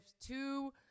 two